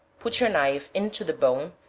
put your knife into the bone,